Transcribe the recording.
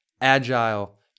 agile